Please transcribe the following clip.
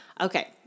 Okay